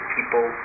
People